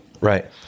right